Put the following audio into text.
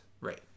Right